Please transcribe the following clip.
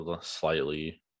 slightly